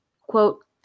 Quote